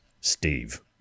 Steve